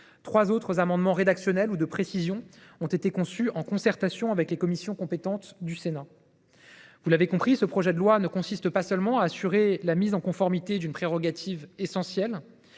Trois autres amendements rédactionnels ou de précision ont été conçus en concertation avec les commissions compétentes du Sénat. Vous l’avez compris, mesdames, messieurs les sénateurs, ce projet de loi ne vise pas seulement à assurer la mise en conformité d’une prérogative essentielle.